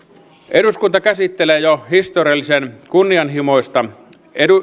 eduskunta käsittelee jo historiallisen kunnianhimoista